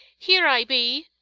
here i be!